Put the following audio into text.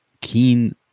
keen